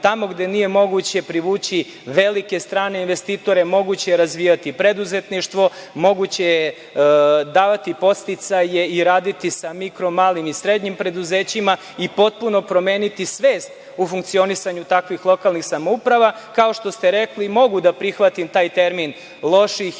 Tamo gde nije moguće privući velike strane investitore, moguće je razvijati preduzetništvo, moguće je davati podsticaje i raditi sa mikro, malim i srednjim preduzećima i potpuno promeniti svest u funkcionisanju takvih lokalnih samouprava. Kao što ste rekli, mogu da prihvatim taj termin loših